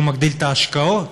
שהוא מגדיל את ההשקעות.